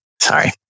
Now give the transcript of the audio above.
sorry